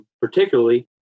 particularly